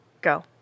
go